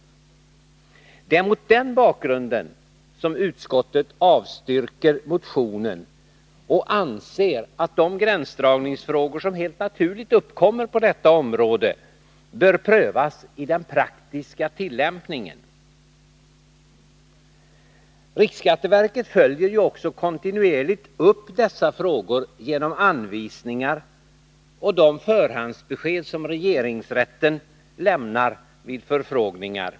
Det är mot den bakgrunden som utskottet avstyrker motionen och anser att de gränsdragningsfrågor som helt naturligt uppkommer på detta område bör prövas i den praktiska tillämpningen. Riksskatteverket följer ju också kontinuerligt upp dessa frågor genom anvisningar och de förhandsbesked som regeringsrätten lämnar vid förfrågningar.